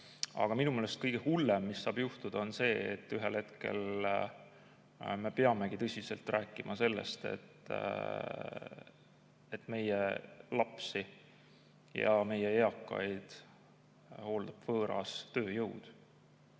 Aga minu meelest kõige hullem, mis saab juhtuda, on see, et ühel hetkel me peamegi tõsiselt rääkima sellest, et meie lapsi ja meie eakaid hooldab võõras tööjõud.